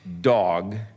dog